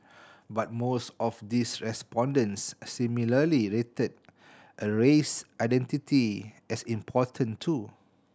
but most of these respondents similarly rated a race identity as important too